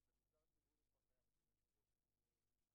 "הצעת חוק עבודת נשים (תיקון,